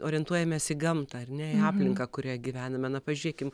orientuojamės į gamtą ar ne į aplinką kurioje gyvename na pažiūrėkim